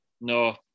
No